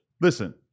listen